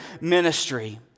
ministry